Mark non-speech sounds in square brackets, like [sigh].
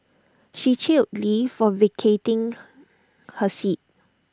she chided lee for vacating [noise] her seat